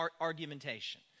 argumentation